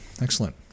Excellent